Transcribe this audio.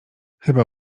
chyba